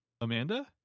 amanda